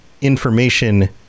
information